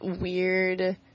weird